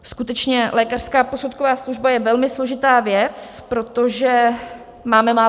Skutečně, lékařská posudková služba je velmi složitá věc, protože máme málo lékařů.